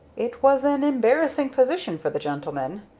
it was an embarrassing position for the gentleman.